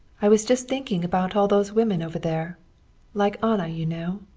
i was just thinking about all those women over there like anna, you know.